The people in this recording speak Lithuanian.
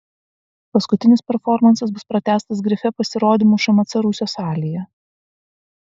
paskutinis performansas bus pratęstas grife pasirodymu šmc rūsio salėje